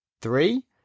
three